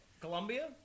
Colombia